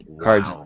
cards